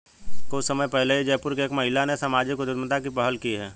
कुछ समय पहले ही जयपुर की एक महिला ने सामाजिक उद्यमिता की पहल की है